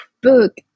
book